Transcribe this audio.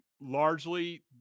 largely